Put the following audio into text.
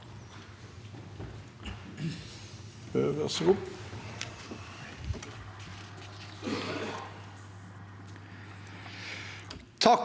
Takk